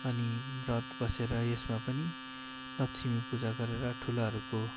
अनि व्रत बसेर यसमा पनि लक्ष्मीपूजा गरेर ठुलाहरूको